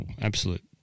absolute